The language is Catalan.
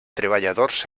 treballadors